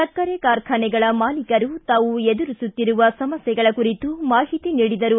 ಸಕ್ಕರೆ ಕಾರ್ಖಾನೆಗಳ ಮಾಲೀಕರು ತಾವು ಎದುರಿಸುತ್ತಿರುವ ಸಮಸ್ಥೆಗಳ ಕುರಿತು ಮಾಹಿತಿ ನೀಡಿದರು